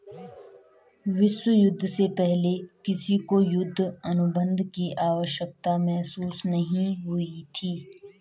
विश्व युद्ध से पहले किसी को युद्ध अनुबंध की आवश्यकता महसूस नहीं हुई थी